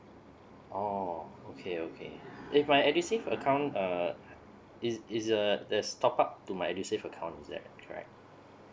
oh okay okay if I edusave account err is is uh just top up to my edusave account is that correct